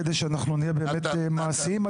כדי שאנחנו נהיה באמת מעשיים,